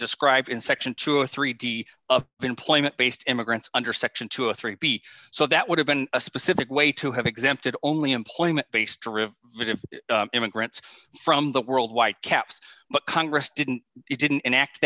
described in section two or three d of employment based immigrants under section two a three b so that would have been a specific way to have exempted only employment based immigrants from the world white caps but congress didn't it didn't